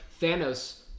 Thanos